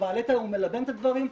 הוא מלבן את הדברים,